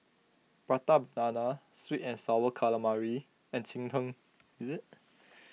Prata Banana Sweet and Sour Calamari and Cheng Tng